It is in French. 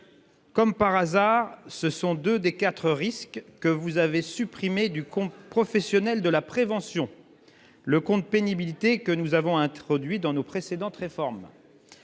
Comme par hasard, ce sont là deux des quatre risques que vous avez supprimés du compte professionnel de prévention, mécanisme que nous avions introduit par nos précédentes réformes.